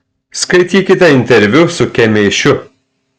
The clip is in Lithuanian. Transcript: skaitykite interviu su kemėšiu